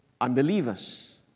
unbelievers